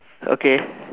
okay